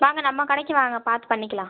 வாங்க நம்ம கடைக்கு வாங்க பார்த்து பண்ணிக்கலாம்